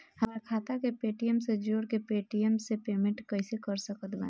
हमार खाता के पेटीएम से जोड़ के पेटीएम से पेमेंट कइसे कर सकत बानी?